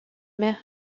mer